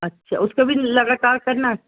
اچھا اس کا بھی لگاتار کرنا